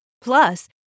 Plus